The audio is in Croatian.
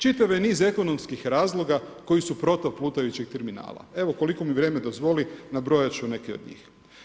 Čitav je niz ekonomskih razloga koji su protiv plutajućeg terminala, evo koliko mi vrijeme dozvoli nabrojat ću neke od njih.